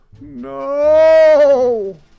No